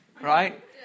right